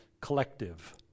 collective